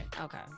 okay